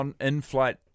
in-flight